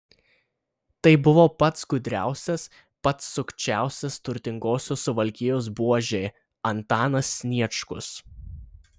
tai buvo pats gudriausias pats sukčiausias turtingosios suvalkijos buožė antanas sniečkus